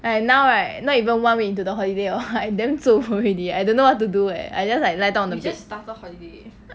like now right not even one week into the holiday orh I damn zuo bo already I don't know what to do eh I just like lie down on the bed